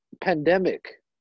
pandemic